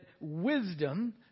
wisdom